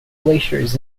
glaciers